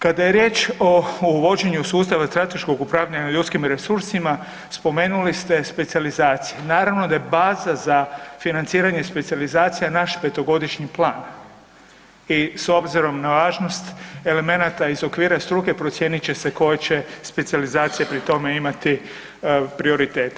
Kada je riječ o uvođenju sustava strateškog upravljanja ljudskim resursima, spomenuli ste specijalizacije, naravno da je baza za financiranje specijalizacija naš petogodišnji plan i s obzirom na važnost elemenata iz okvira struke procijenit će se koja će specijalizacija pri tome imati prioritete.